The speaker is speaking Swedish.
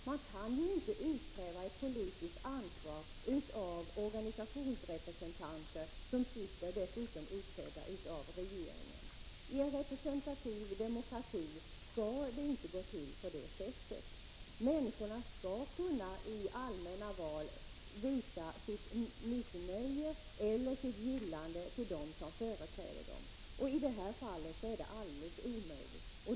Man kan ju inte utkräva ett politiskt ansvar av organisationsrepresentanter, som dessutom är utsedda av regeringen. I en representativ demokrati skall det inte gå till på det sättet. Människorna skall i allmänna val kunna visa om de är nöjda eller missnöjda med sina företrädare. I det här fallet är det alldeles omöjligt.